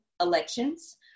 elections